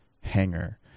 hanger